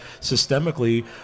systemically